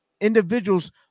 individuals